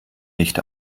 nicht